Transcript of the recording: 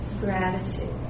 gratitude